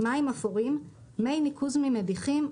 "מים אפורים" מי ניקוז ממדיחים,